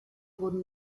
wurden